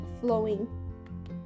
flowing